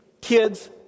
kids